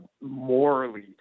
morally